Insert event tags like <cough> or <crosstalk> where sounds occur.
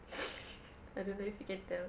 <laughs> I don't know if you can tell